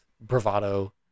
bravado